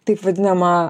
taip vadinamą